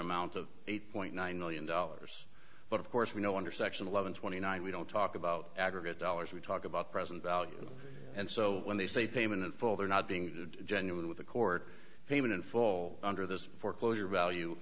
amount of eight point nine million dollars but of course we know under section eleven twenty nine we don't talk about aggregate dollars we talk about present value and so when they say payment in full they're not being genuine with the court payment in full under this foreclosure value